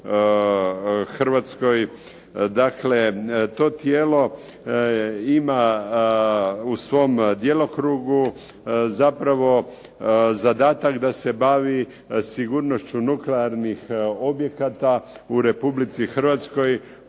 Hrvatskoj. Dakle, to tijelo ima u svom djelokrugu zapravo zadatak da se bavi sigurnošću nuklearnih objekata u Republici Hrvatskoj